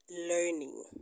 learning